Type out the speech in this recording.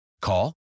Call